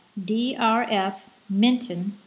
drfminton